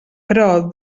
però